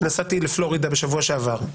נסעתי לפלורידה בשבוע שעבר,